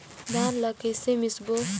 धान ला कइसे मिसबो?